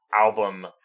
album